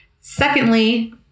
secondly